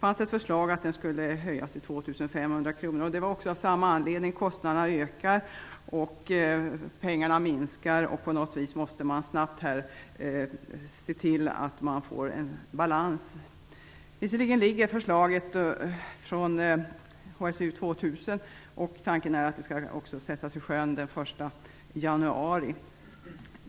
Anledningen var densamma - kostnaderna ökar, pengarna minskar och man måste på något vis snabbt se till att man får en balans. Visserligen är förslaget från HSU 2000 framlagt, och tanken är att det också skall sättas i sjön den 1 januari.